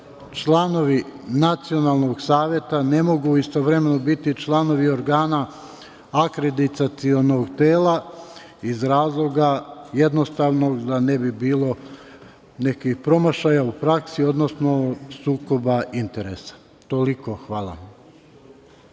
članovi Nacionalnog saveta ne mogu istovremeno biti članovi organa akreditacionog tela, iz razloga jednostavnog, da ne bi bilo nekih promašaja u praksi, odnosno do sukoba interesa. Toliko. Hvala.